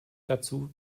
dazu